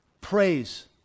praise